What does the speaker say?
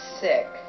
sick